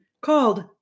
called